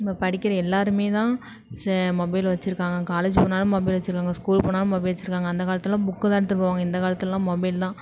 நம்ம படிக்கிற எல்லாரும் தான் செ மொபைல் வச்சிருக்காங்க காலேஜ் போனாலும் மொபைல் வச்சிருக்காங்க ஸ்கூல் போனாலும் மொபைல் வச்சிருக்காங்க அந்த காலத்துலலாம் புக்கு தான் எடுத்துட்டு போவாங்க இந்த காலத்துலலாம் மொபைல் தான்